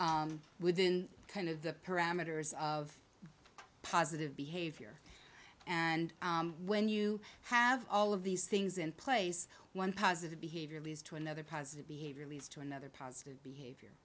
within kind of the parameters of positive behavior and when you have all of these things in place one positive behavior leads to another positive behavior leads to another positive